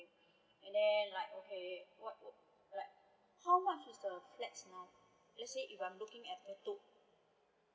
and then like okay what what like how much is the flat amount let's sy if I'm looking at bedok